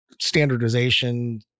standardization